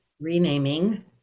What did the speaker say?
renaming